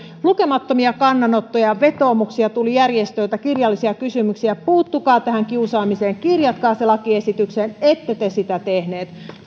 lukemattomia kannanottoja vetoomuksia kirjallisia kysymyksiä tuli järjestöiltä puuttukaa tähän kiusaamiseen kirjatkaa se lakiesitykseen ette te sitä tehneet